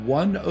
one